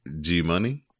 G-Money